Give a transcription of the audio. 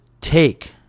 take